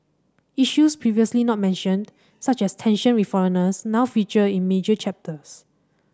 issues previously not mentioned such as tension with foreigners now feature in major chapters